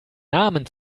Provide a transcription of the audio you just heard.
namen